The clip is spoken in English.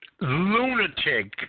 lunatic